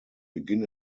begin